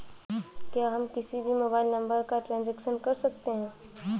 क्या हम किसी भी मोबाइल नंबर का ट्रांजेक्शन कर सकते हैं?